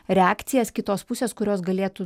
reakcijas kitos pusės kurios galėtų